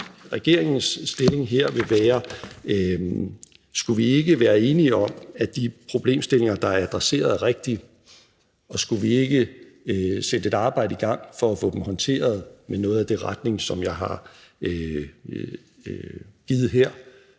regeringens stilling her vil være: Skulle vi ikke være enige om, at de problemstillinger – der er adresseret rigtigt – sætter vi et arbejde i gang med at få håndteret i den retning, som jeg har givet her,